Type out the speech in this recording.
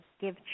give